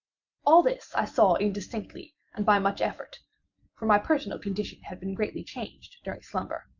all this i saw indistinctly and by much effort for my personal condition had been greatly changed during slumber.